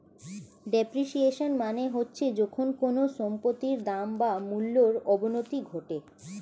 depreciation মানে হচ্ছে যখন কোনো সম্পত্তির দাম বা মূল্যর অবনতি ঘটে